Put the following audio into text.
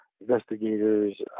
investigators